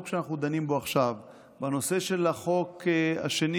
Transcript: שאנחנו דנים בו עכשיו ובנושא של החוק השני,